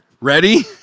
Ready